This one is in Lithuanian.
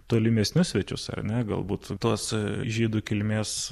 tolimesnius svečius ar ne galbūt tuos žydų kilmės